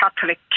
Catholic